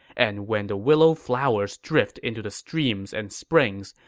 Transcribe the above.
and when the willow flowers drift into the streams and springs,